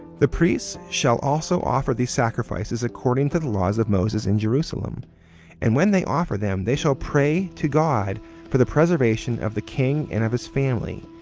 the priests shall also offer these sacrifices according to the laws of moses in jerusalem and when they offer them, they shall pray to god for the preservation of the king and of his family,